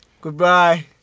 Goodbye